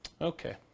Okay